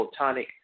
photonic